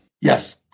Yes